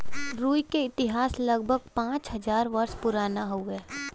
रुई क इतिहास लगभग पाँच हज़ार वर्ष पुराना हउवे